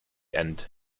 end